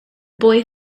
boy